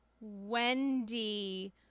Wendy